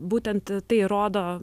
būtent tai rodo